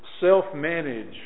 self-manage